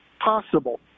possible